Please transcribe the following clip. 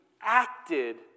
acted